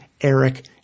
Eric